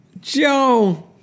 Joe